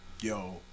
Yo